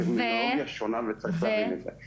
זו טרמינולוגיה שונה וצריך להבין את זה.